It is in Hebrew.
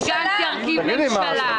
נכון שיש חרדה שבני גנץ ירכיב ממשלה,